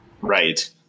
Right